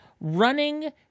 running